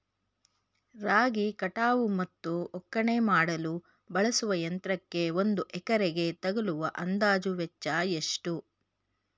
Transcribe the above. ರಾಗಿ ಕಟಾವು ಮತ್ತು ಒಕ್ಕಣೆ ಮಾಡಲು ಬಳಸುವ ಯಂತ್ರಕ್ಕೆ ಒಂದು ಎಕರೆಗೆ ತಗಲುವ ಅಂದಾಜು ವೆಚ್ಚ ಎಷ್ಟು?